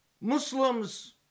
Muslims